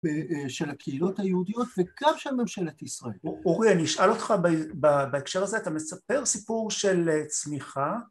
‫של הקהילות היהודיות ‫וגם של ממשלת ישראל. ‫אורי, אני אשאל אותך בהקשר הזה, ‫אתה מספר סיפור של צמיחה